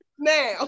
Now